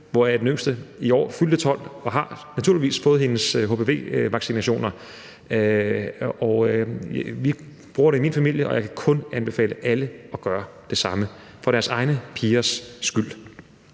døtre, som i år fyldte 12 år, naturligvis har fået sine hpv-vaccinationer. Vi bruger det i min familie, og jeg kan kun anbefale alle at gøre det samme – for deres egne pigers skyld.